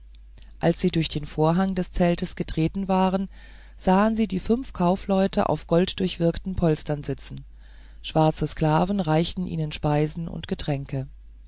als sie durch den vorhang des zeltes getreten waren sahen sie die fünf kaufleute auf goldgewirkten polstern sitzen schwarze sklaven reichten ihnen speisen und getränke